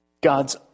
God's